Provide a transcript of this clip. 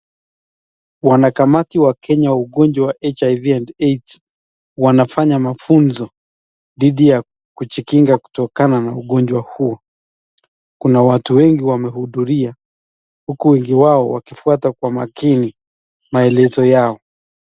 Wanakamati wa Kenya wa ugonjwa HIV&AIDS wanafanya mafunzo dhidi ya kujikinga kutokana na ugonjwa huu. Kuna watu wengi wamehudhuria uku wengi wao wakifuata kwa makini maelezo yao.